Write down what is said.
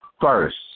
first